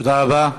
תודה רבה.